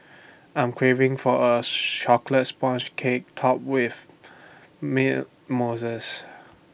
I am craving for Chocolate Sponge Cake Topped with Mint Mousse